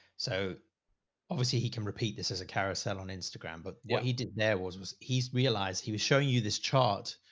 so obviously he can repeat this as a carousel on instagram. but what he did now was, was he's realized he was showing you this chart.